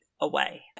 away